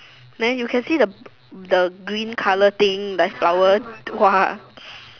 eh you can see the the green colour thing like flower 花